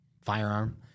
firearm